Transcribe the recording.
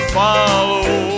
follow